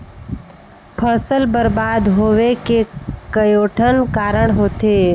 फसल बरबाद होवे के कयोठन कारण होथे